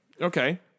Okay